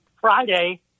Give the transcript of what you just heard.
Friday